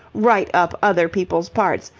write up other people's parts?